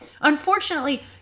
Unfortunately